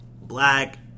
black